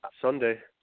Sunday